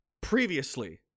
previously